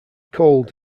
cold